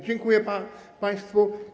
Dziękuję państwu.